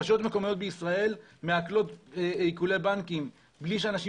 רשויות מקומיות בישראל מעקלות עיקולי בנקים בלי שאנשים